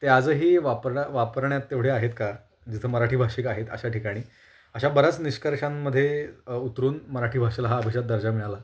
ते आजही वापरण्या वापरण्यात तेवढे आहेत का जिथं मराठी भाषिक आहेत अशा ठिकाणी अशा बऱ्याच निष्कर्षांमध्ये उतरून मराठी भाषेला हा अभिजात दर्जा मिळाला